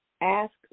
ask